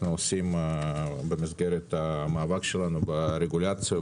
עושים במסגרת המאבק שלנו ברגולציה,